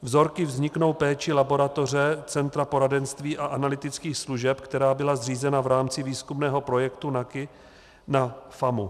Vzorky vzniknou péčí laboratoře Centra poradenství a analytických služeb, která byla zřízena v rámci výzkumného projektu NAKI na FAMU.